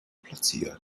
platzieren